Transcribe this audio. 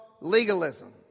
legalism